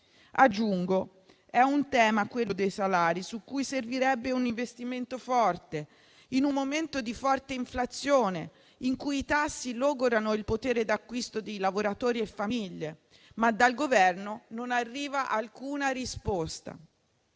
Aggiungo che quello dei salari è un tema su cui servirebbe un investimento forte in un momento di forte inflazione, in cui i tassi logorano il potere d'acquisto dei lavoratori e famiglie, ma dal Governo non arriva alcuna risposta.